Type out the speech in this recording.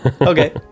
okay